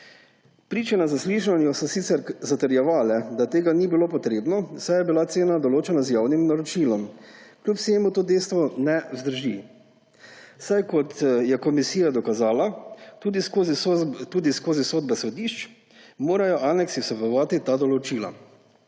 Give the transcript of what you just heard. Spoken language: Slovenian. Priče na zaslišanju so sicer zatrjevale, da to ni bilo potrebno, saj je bila cena določena z javnim naročilom. Kljub vsemu to dejstvo ne vzdrži, saj, kot je komisija dokazala tudi skozi sodbe sodišč, morajo aneksi vsebovati ta določila.